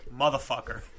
motherfucker